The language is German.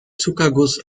zuckerguss